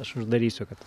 aš uždarysiu kad